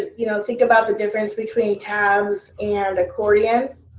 you know, think about the difference between tabs and accordions.